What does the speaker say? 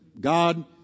God